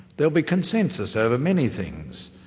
there'll be consensus over many things,